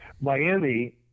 Miami –